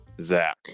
Zach